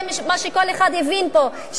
זה מה שכל אחד הבין פה,